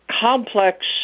complex